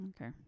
Okay